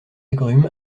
agrumes